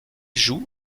joue